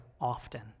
often